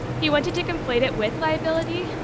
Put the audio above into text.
he wanted to conflate it with liability.